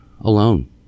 alone